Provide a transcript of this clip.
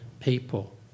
people